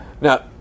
Now